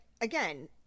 again